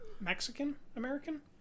Mexican-American